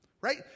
Right